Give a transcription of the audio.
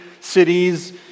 cities